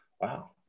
wow